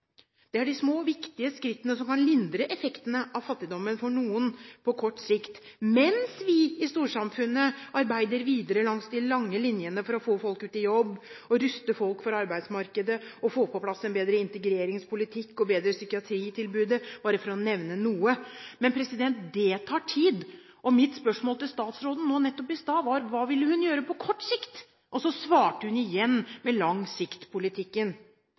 Det er de små, viktige skrittene som kan lindre effektene av fattigdommen for noen på kort sikt, mens vi i storsamfunnet arbeider videre langs de lange linjene for å få folk ut i jobb, ruste folk for arbeidsmarkedet, få på plass en bedre integreringspolitikk og bedre psykiatritilbudet – for bare å nevne noe. Men det tar tid! Og mitt spørsmål til statsråden nå nettopp var hva hun ville gjøre på kort sikt. Og så svarte hun igjen med